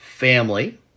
family